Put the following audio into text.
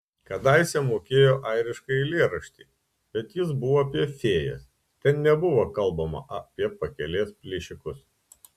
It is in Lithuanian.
kadaise mokėjo airišką eilėraštį bet jis buvo apie fėjas ten nebuvo kalbama apie pakelės plėšikus